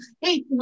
Hey